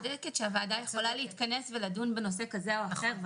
את צודקת שהוועדה יכולה להתכנס ולדון בנושא כזה או אחר,